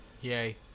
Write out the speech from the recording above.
Yay